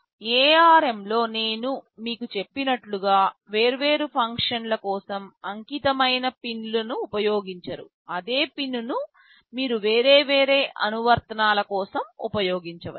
ARM లో నేను మీకు చెప్పినట్లుగా వేర్వేరు ఫంక్షన్ల కోసం అంకితమైన పిన్లను ఉపయోగించరు అదే పిన్ ను మీరు వేర్వేరు అనువర్తనాల కోసం ఉపయోగించవచ్చు